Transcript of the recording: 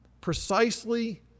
precisely